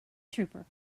trooper